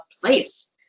place